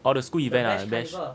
oh the school event ah bash